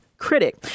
critic